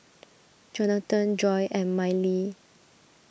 Johathan Joy and Mylie